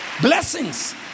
Blessings